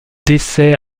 décès